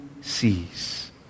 sees